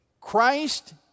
Christ